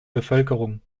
bevölkerung